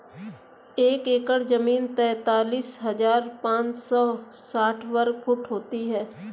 एक एकड़ जमीन तैंतालीस हजार पांच सौ साठ वर्ग फुट होती है